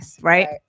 right